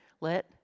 let